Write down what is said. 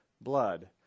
blood